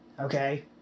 okay